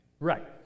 Right